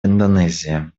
индонезия